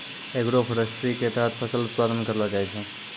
agroforestry के तहत फसल उत्पादन करलो जाय छै